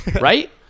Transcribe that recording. Right